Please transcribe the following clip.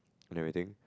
narrating